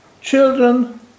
children